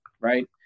right